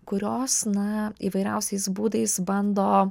kurios na įvairiausiais būdais bando